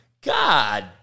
God